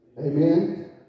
Amen